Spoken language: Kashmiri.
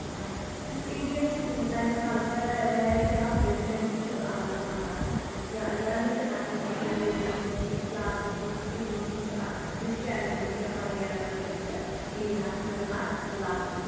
آ یُس اِنڈیا چھِ تَمیُک کَلچَر ویرایٹی آف رٮ۪لِجَن تہِ چھُ الگ الگ آسان یعنے کہِ تَتھ منٛز چھِ ہِندوٗیِزم تہِ چھِ اِسلام تہِ چھِ سِکِزم تہِ چھِ آسان کرٛسچینِٹی وغیرہ وغیرہ چھِ اِنڈیاہَس منٛز یِوان لَبنہٕ